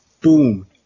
boom